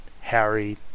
Harry